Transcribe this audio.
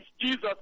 Jesus